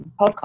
podcast